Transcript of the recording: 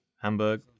Hamburg